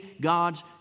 God's